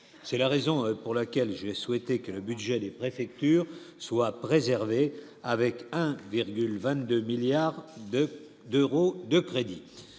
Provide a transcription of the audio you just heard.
c'est la raison pour laquelle j'ai souhaité que le budget des préfectures soient préservés avec 1,22 milliards de d'euros de crédit